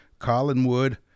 Collinwood